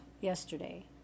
yesterday